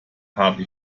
habe